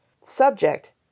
subject